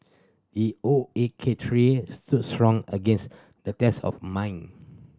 the O A K tree stood strong against the test of mine